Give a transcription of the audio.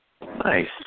Nice